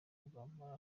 rwampara